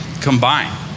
combine